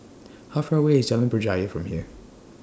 How Far away IS Jalan Berjaya from here